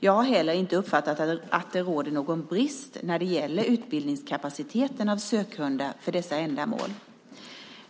Jag har heller inte uppfattat att det råder någon brist när det gäller utbildningskapaciteten av sökhundar för dessa ändamål.